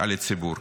על הציבור.